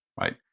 right